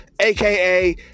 aka